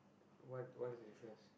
what what is the difference